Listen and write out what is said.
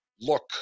look